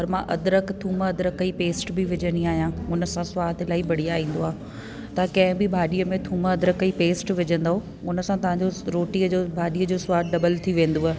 पर मां अदरक थूम अदरक जी पेस्ट बि विझंदी आहियां हुनसां सवादु इलाही बढ़िया ईंदो आहे तव्हां कंहिं बि भाॼीअ में थूम अदरक जी पेस्ट विझंदो हुन सां तव्हांजो रोटीअ जो भाॼीअ जो सवादु डबल थी वेंदव